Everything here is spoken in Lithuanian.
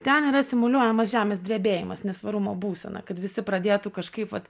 ten yra simuliuojamas žemės drebėjimas nesvarumo būsena kad visi pradėtų kažkaip vat